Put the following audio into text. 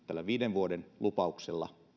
tällä viiden vuoden lupauksella